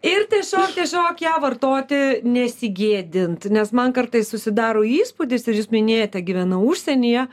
ir tiesiog tiesiog ją vartoti nesigėdint nes man kartais susidaro įspūdis ir jūs minėjote gyvenu užsienyje